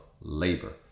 labor